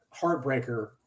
heartbreaker